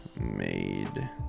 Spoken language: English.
made